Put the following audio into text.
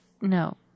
No